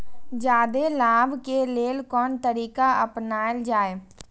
जादे लाभ के लेल कोन तरीका अपनायल जाय?